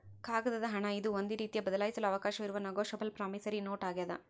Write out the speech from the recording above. ಕಾಗದದ ಹಣ ಇದು ಒಂದು ರೀತಿಯ ಬದಲಾಯಿಸಲು ಅವಕಾಶವಿರುವ ನೆಗೋಶಬಲ್ ಪ್ರಾಮಿಸರಿ ನೋಟ್ ಆಗ್ಯಾದ